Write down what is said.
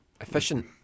efficient